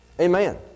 Amen